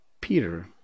Peter